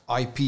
IP